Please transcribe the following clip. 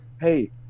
hey